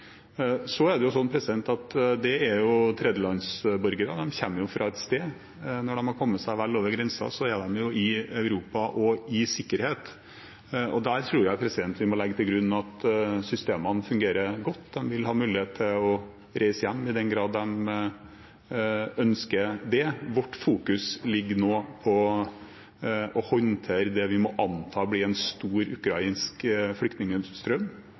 er jo tredjelandsborgere, og de kommer fra et sted. Når de har kommet seg vel over grensen, er de i Europa og i sikkerhet, og der tror jeg vi må legge til grunn at systemene fungerer godt. De vil ha mulighet til å reise hjem i den grad de ønsker det. Vårt fokus ligger på å håndtere det vi allerede nå må anta blir en stor ukrainsk flyktningstrøm